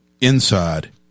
inside